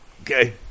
Okay